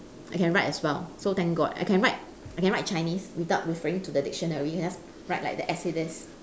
I can write as well so thank god I can write I can write chinese without referring to the dictionary just write like that as it is